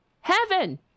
heaven